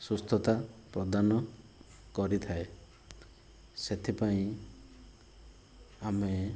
ସୁସ୍ଥତା ପ୍ରଦାନ କରିଥାଏ ସେଥିପାଇଁ ଆମେ